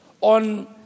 on